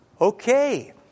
Okay